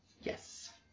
Yes